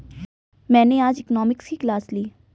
मैंने आज इकोनॉमिक्स की क्लास ली